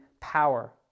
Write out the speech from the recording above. power